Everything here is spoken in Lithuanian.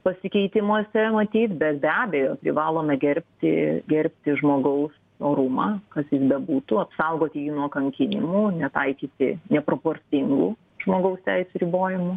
pasikeitimuose matyt bet be abejo privalome gerbti gerbti žmogaus orumą kas bebūtų apsaugoti jį nuo kankinimų netaikyti neproporcingų žmogaus teisių ribojimų